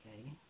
Okay